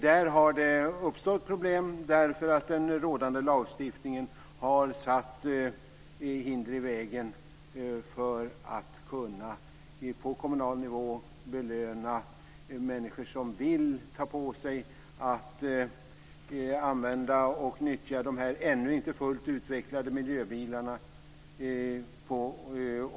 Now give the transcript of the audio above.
Där har det uppstått problem därför att den rådande lagstiftningen har satt hinder i vägen för att på kommunal nivå kunna belöna människor som vill ta på sig att nyttja de ännu inte fullt utvecklade miljöbilarna.